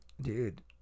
Dude